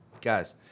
guys